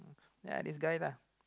ya this guys lah